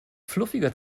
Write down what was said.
fluffiger